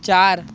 चार